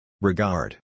Regard